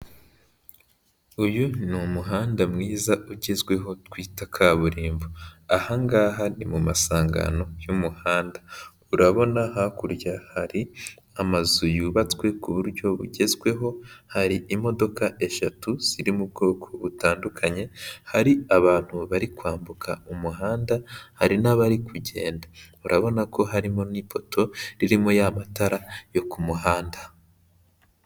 Uyu ni umuhanda mwiza ugezweho twita kaburimbo, aha ngaha ni mu masangano y'umuhanda, urabona hakurya hari amazu yubatswe ku buryo bugezweho, hari imodoka eshatu ziri mu bwoko butandukanye, hari abantu bari kwambuka umuhanda, hari n'abari kugenda, urabona ko harimo n'ipoto ririmo ya matara yo ku muhanda.